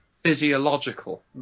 physiological